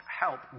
help